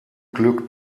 glück